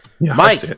Mike